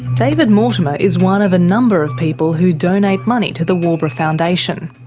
david mortimer is one of a number of people who donate money to the waubra foundation.